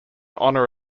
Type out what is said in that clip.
honour